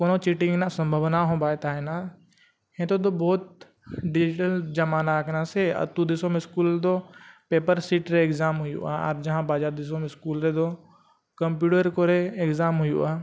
ᱠᱳᱱᱳ ᱨᱮᱱᱟᱜ ᱥᱚᱢᱵᱷᱚᱵᱚᱱᱟ ᱦᱚᱸ ᱵᱟᱭ ᱛᱟᱦᱮᱱᱟ ᱱᱤᱛᱚᱜ ᱫᱚ ᱵᱚᱦᱩᱫ ᱡᱟᱢᱟᱱᱟ ᱠᱟᱱᱟ ᱥᱮ ᱟᱹᱛᱩ ᱫᱤᱥᱚᱢ ᱨᱮᱫᱚ ᱨᱮ ᱦᱩᱭᱩᱜᱼᱟ ᱟᱨ ᱡᱟᱦᱟᱸ ᱵᱟᱡᱟᱨ ᱫᱤᱥᱚᱢ ᱨᱮᱫᱚ ᱠᱚᱨᱮ ᱦᱩᱭᱩᱜᱼᱟ